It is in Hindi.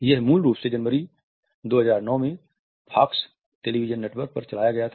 यह मूल रूप से जनवरी 2009 में फॉक्स नेटवर्क पर चला था